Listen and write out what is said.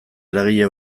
eragile